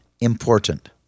important